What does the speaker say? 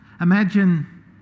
imagine